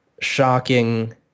shocking